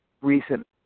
recent